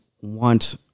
want